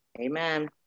Amen